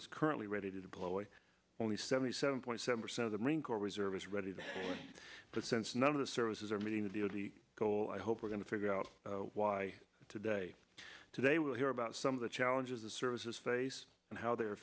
ts currently ready to deploy only seventy seven point seven percent of the marine corps reserve is ready to since none of the services are meeting the only goal i hope we're going to figure out why today today we'll hear about some of the challenges the services face and how they